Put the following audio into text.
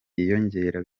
yiyongera